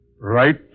right